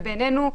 ובינינו,